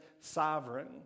sovereign